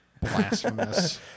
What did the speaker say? blasphemous